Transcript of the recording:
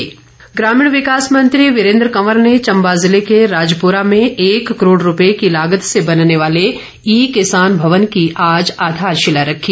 वीरेंद्र कंवर ग्रामीण विकास मंत्री वीरेंद्र कंवर ने चंबा ज़िले के राजपूरा में एक करोड़ रूपए की लागत से बनने वाले ई किसान भवन की आज आधारशिला रखी